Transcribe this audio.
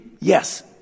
Yes